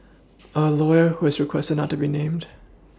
a lawyer who requested not to be named